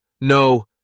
No